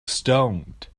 stoned